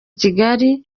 kigali